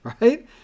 right